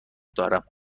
دارم